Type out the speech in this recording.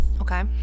Okay